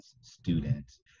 students